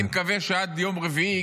אני מקווה שעד יום רביעי,